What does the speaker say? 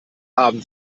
abend